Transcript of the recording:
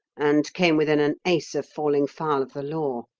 and came within an ace of falling foul of the law.